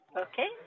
Okay